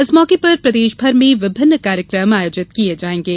इस मौके पर प्रदेशभर में विभिन्न कार्यक्रम आयोजित किये जायेंगे